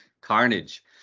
carnage